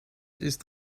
ist